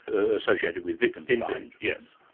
ah associated with wittgenstein. indeed, yes.